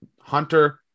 Hunter